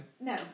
No